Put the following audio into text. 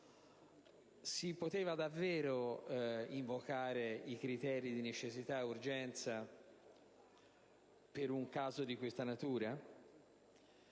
Si poteva davvero invocare i criteri di necessità ed urgenza per un caso di questa natura?